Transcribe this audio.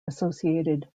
associated